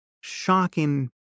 shocking